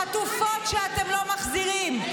חטופות שאתם לא מחזירים,